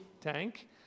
tank